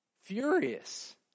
Furious